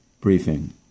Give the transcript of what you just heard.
briefing